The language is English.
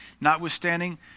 notwithstanding